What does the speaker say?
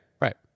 right